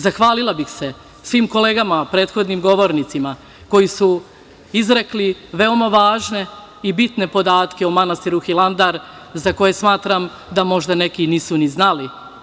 Zahvalila bih se svim kolegama, prethodnim govornicima koji su izrekli veoma važne i bitne podatke o manastiru Hilandar za koje smatram da možda neki nisu ni znali.